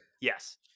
yes